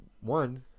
one